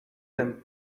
them